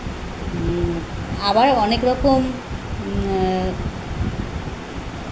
আবার অনেক রকম